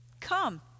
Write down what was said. Come